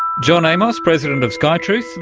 john amos, president of skytruth,